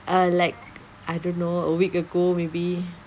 err like I don't know a week ago maybe